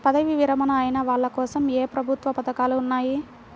పదవీ విరమణ అయిన వాళ్లకోసం ఏ ప్రభుత్వ పథకాలు ఉన్నాయి?